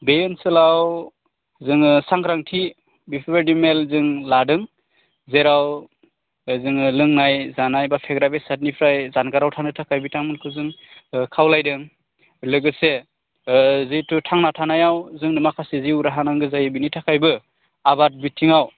बे ओनसोलाव जोङो सांग्रांथि बेफोरबायदि मेल जों लादों जेराव जोङो लोंनाय जानाय बा फेग्रा बेसादनिफ्राय जानगाराव थानो थाखाय बिथांमोनखौ जों खावलायदों लोगोसे जितु थांना थानायाव जोंनो माखासे जिउ राहा नांगौ जायो बेनि थाखायबो आबाद बिथिङाव